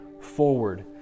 forward